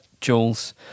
Jules